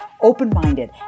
open-minded